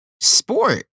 sport